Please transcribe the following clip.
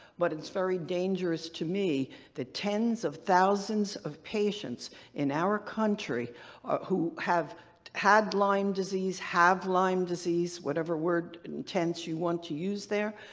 but it's very dangerous to me that tens of thousands of patients in our country who have had lyme disease, have lyme disease, whatever word, and tense you want to use there,